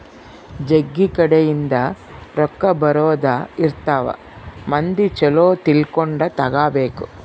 ಜಗ್ಗಿ ಕಡೆ ಇಂದ ರೊಕ್ಕ ಬರೋದ ಇರ್ತವ ಮಂದಿ ಚೊಲೊ ತಿಳ್ಕೊಂಡ ತಗಾಬೇಕು